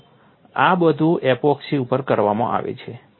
જુઓ આ બધું એપોક્સી ઉપર કરવામાં આવે છે